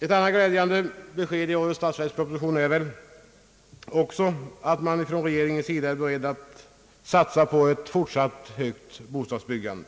Ett annat glädjande besked i årets statsverksproposition är att man från regeringens sida är beredd att satsa på ett fortsatt högt bostadsbyggande.